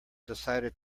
decided